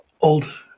old